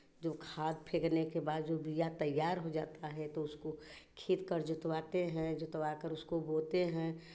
जो खाद फेंकने के बाद जो बिया तैयार हो जाता है तो उसको खेत कर जोतवाते हैं जोतवा कर उसको बोते हैं